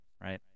right